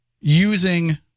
using